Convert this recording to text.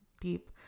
deep